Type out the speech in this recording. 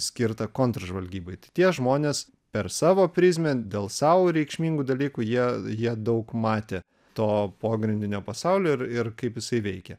skirtą kontržvalgybai tai tie žmonės per savo prizmę dėl sau reikšmingų dalykų jie jie daug matė to pogrindinio pasaulio ir ir kaip jisai veikia